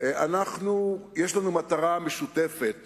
יש לנו מטרה משותפת